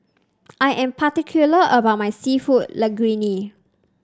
I am particular about my seafood Linguine